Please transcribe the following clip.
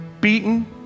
beaten